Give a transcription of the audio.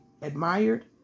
admired